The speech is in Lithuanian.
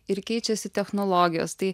ir keičiasi technologijos tai